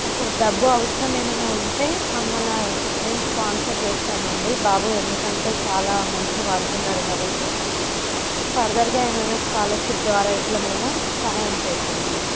okay డబ్బు అవసరం ఏమైన ఉంటే మమ్మల్ని మేము స్పాన్సర్ చేస్తాం అండి బాబు ఎందుకు అంటే చాలా మంచిగా పాడుతున్నాడు కాబట్టి ఫర్దర్గా ఏమైన స్కాలర్షిప్ ద్వారా ఇట్లా మేము సహాయం చేస్తాం అండి